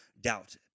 Doubt